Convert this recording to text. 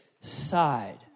side